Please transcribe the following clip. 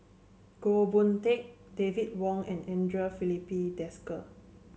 Goh Boon Teck David Wong and Andre Filipe Desker